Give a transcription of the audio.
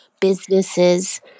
businesses